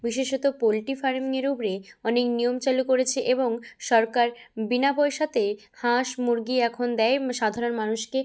বিশেষত পোলট্রি ফার্মের উপরে অনেক নিয়ম চালু করেছে এবং সরকার বিনা পয়সাতে হাঁস মুরগি এখন দেয় সাধারণ মানুষকে